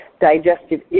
digestive